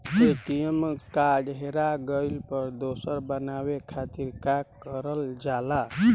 ATM card हेरा गइल पर दोसर बनवावे खातिर का करल जाला?